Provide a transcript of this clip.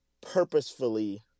purposefully